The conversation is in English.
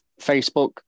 Facebook